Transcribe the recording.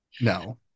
No